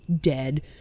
dead